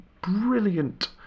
brilliant